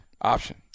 Option